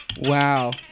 Wow